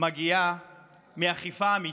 מגיעה מאכיפה אמיתית,